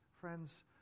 Friends